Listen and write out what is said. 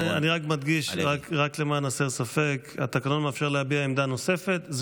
אני רק מדגיש למען הסר ספק: התקנון מאפשר להביע עמדה נוספת,